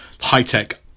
high-tech